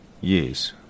Yes